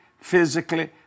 physically